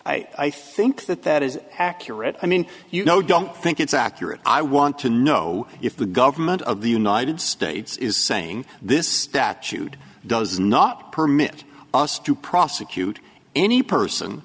i think that that is accurate i mean you know don't think it's accurate i want to know if the government of the united states is saying this statute does not permit us to prosecute any person